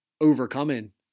overcoming